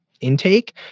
intake